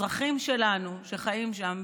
אזרחים שלנו, שחיים שם,